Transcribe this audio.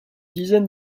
dizaine